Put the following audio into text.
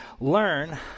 learn